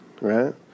right